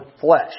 flesh